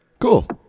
Cool